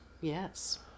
yes